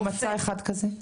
אם הוא מצא אחד כזה.